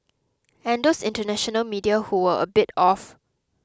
and those international media who were a bit off